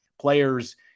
players